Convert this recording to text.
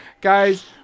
Guys